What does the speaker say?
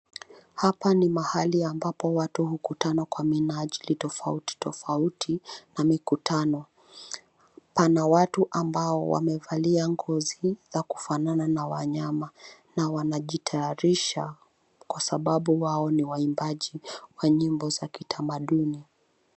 Hapa ni mahali ambapo watu hukutana kwa minajili tofauti tofauti na mikutano. Pana watu ambao wamevalia ngozi na kufanana na wanyama na wanajitayarisha kwa sababu wao ni waimbaji wa nyimbo za kitamaduni.